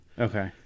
okay